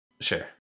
Sure